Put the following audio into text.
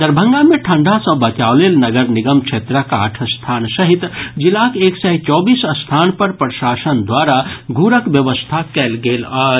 दरभंगा मे ठंढा सँ बचाव लेल नगर निगम क्षेत्रक आठ स्थान सहित जिलाक एक सय चौबीस स्थान पर प्रशासन द्वारा घूरकऽ व्यवस्था कैल गेल अछि